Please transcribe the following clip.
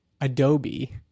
Adobe